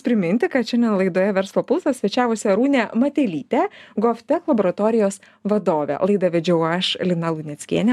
priminti kad šiandien laidoje verslo pulsas svečiavosi arūnė matelytė gof tech laboratorijos vadovė o laidą vedžiau aš lina luneckienė